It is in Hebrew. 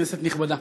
כנסת נכבדה,